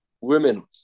women